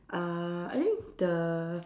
uh I think the